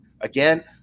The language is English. again